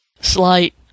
slight